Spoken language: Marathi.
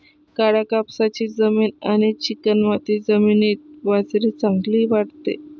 काळ्या कापसाची जमीन आणि चिकणमाती जमिनीत बाजरी चांगली वाढते